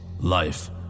life